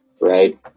Right